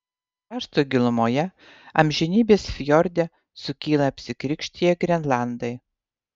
krašto gilumoje amžinybės fjorde sukyla apsikrikštiję grenlandai